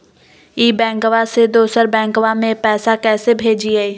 ई बैंकबा से दोसर बैंकबा में पैसा कैसे भेजिए?